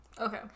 Okay